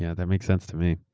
yeah that makes sense to me.